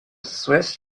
swiss